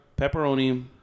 Pepperoni